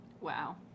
Wow